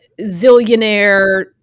Zillionaire